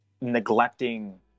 neglecting